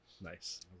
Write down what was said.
Nice